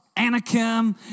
Anakim